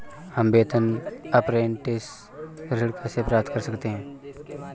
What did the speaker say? हम वेतन अपरेंटिस ऋण कैसे प्राप्त कर सकते हैं?